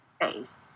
face